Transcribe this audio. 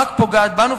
רק פוגעים בנו,